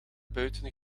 buiten